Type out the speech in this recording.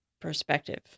perspective